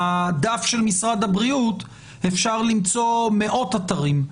בדף של משרד הבריאות אפשר למצוא מאות אתרים.